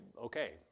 okay